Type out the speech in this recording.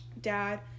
dad